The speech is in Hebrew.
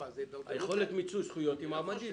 יכולת מיצוי הזכויות היא מעמדית,